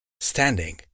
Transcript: standing